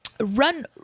Run